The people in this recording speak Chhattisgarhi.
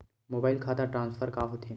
मोबाइल खाता ट्रान्सफर का होथे?